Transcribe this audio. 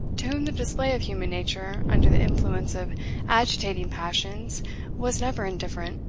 to whom the display of human nature under the influence of agitating passions was never indifferent,